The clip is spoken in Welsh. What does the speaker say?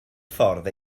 ffordd